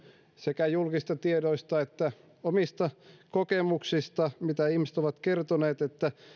sekä julkisista tiedoista että omista kokemuksistani siitä mitä ihmiset ovat kertoneet että